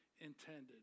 intended